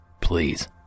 please